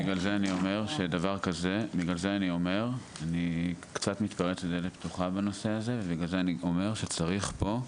בגלל זה אני אומר אני קצת מתפרץ לדלת פתוחה בנושא הזה שצריך פה,